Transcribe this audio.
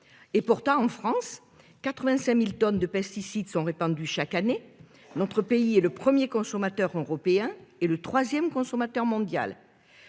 Pourtant, en France, 85 000 tonnes de pesticides sont répandues chaque année. Notre pays est le premier consommateur européen et le troisième mondial.